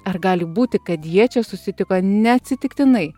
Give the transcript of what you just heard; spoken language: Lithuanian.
ar gali būti kad jie čia susitiko neatsitiktinai